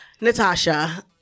Natasha